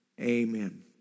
Amen